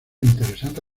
interesante